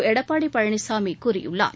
எடப்பாடி பழனிசாமி கூறியுள்ளார்